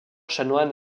chanoine